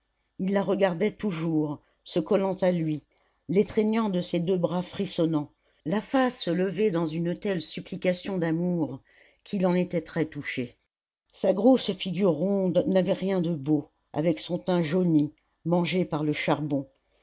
il la regardait toujours se collant à lui l'étreignant de ses deux bras frissonnants la face levée dans une telle supplication d'amour qu'il en était très touché sa grosse figure ronde n'avait rien de beau avec son teint jauni mangé par le charbon